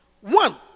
one